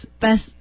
best